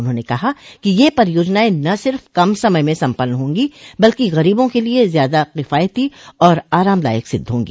उन्होंने कहा कि ये परियोजनाएं न सिर्फ कम समय में सम्पन्न होंगी बल्कि गरीबों के लिए ज्यादा किफायती और आरामदायक सिद्ध होंगी